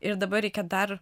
ir dabar reikia dar